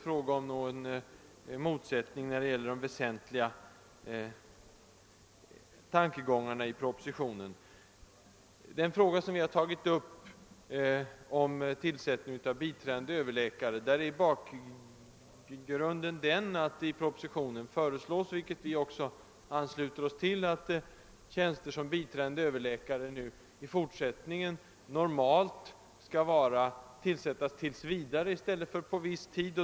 Bakgrunden är propositionens förslag, till vilket vi ansluter oss, att tjänster som biträdande överläkare i fortsättningen i regel skall tillsättas »tills vidare» i stället för på viss tid.